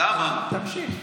תקשיב.